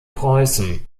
preußen